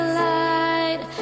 light